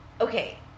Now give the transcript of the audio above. Okay